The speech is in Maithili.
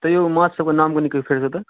तैओ माँछसभके नाम कनिके कहिऔ तऽ